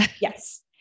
yes